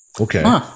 okay